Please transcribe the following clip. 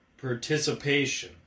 participation